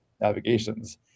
navigations